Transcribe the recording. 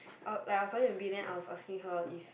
I like I was talking to B then I was asking her if